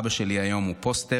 אבא שלי היום הוא פוסטר,